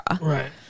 Right